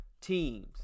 teams